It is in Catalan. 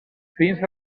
fins